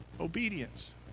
obedience